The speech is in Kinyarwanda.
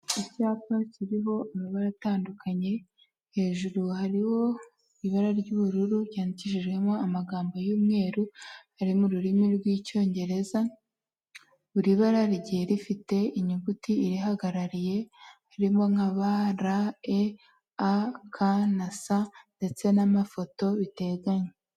Icyapa kiriho amabara atandukanye hejuru hariho ibara ry'ubururu ryandikishijwemo amagambo y'umweru ari mu rurimi rw'icyongereza, buri bara rigiye rifite inyuguti irihagarariye harimo nka ba, ra,e,a,ka na sa ndetse n'amafoto biteganye.